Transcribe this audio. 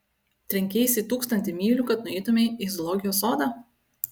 trenkeisi tūkstantį mylių kad nueitumei į zoologijos sodą